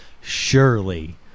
surely